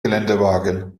geländewagen